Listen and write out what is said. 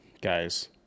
guys